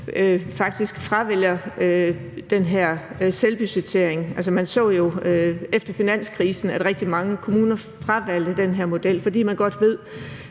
fravælger den her selvbudgettering. Man så jo efter finanskrisen, at rigtig mange kommuner fravalgte den her model, fordi man godt ved,